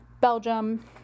Belgium